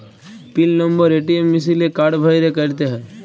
পিল number ATM মিশিলে card ভ্যইরে ক্যইরতে হ্যয়